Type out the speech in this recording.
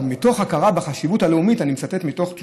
אך מתוך הכרה בחשיבות הלאומית של הרכבת